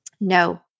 No